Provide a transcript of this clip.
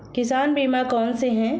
किसान बीमा कौनसे हैं?